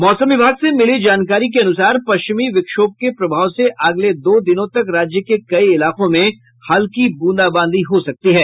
मौसम विभाग से मिली जानकारी के अनुसार पश्चिमी विक्षोभ के प्रभाव से अगले दो दिनों तक राज्य के कई इलाकों में हल्की ब्रंदाबांदी हो सकती है